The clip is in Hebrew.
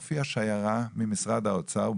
הופיעה שיירה ממשרד האוצר,